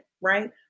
right